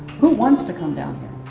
who wants to come down here?